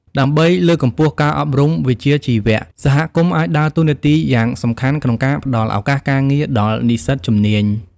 ដើម្បីលើកកម្ពស់ការអប់រំវិជ្ជាជីវៈ សហគមន៍អាចដើរតួនាទីយ៉ាងសំខាន់ក្នុងការផ្តល់ឱកាសការងារដល់និស្សិតជំនាញ។